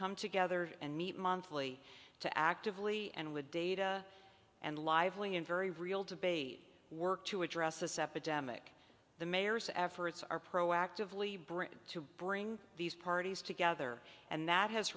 come together and meet monthly to actively and with data and lively and very real debate work to address this epidemic the mayor's efforts are proactively britain to bring these parties together and that has